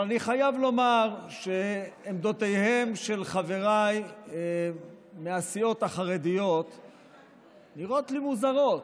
אבל אני חייב לומר שעמדותיהם של חבריי מהסיעות החרדיות נראות לי מוזרות.